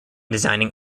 designing